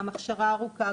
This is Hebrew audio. גם הכשרה ארוכה,